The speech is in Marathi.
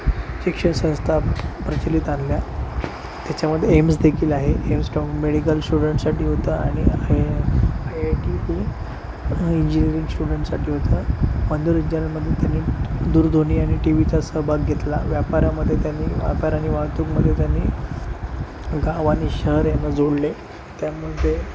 शिक्षणसंस्था प्रचलित आणल्या त्याच्यामध्ये एम्स देखील आहे एम्स स्ट्रॉंग मेडिकल स्टूडेंट्ससाठी होता आणि I I I I T ही इंजिनीरिंग स्टूडेंट्ससाठी होता मध्ये त्यांनी दूरध्वनी आणि टी वीचा सहभाग घेतला व्यापारामध्ये त्यांनी व्यापार आणि वाहतुकमध्ये त्यांनी गाव आणि शहर यांना जोडले त्यामुळे